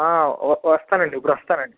వ వస్తానండి ఇప్పుడు వస్తానండి